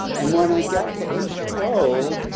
and when i get to h two o,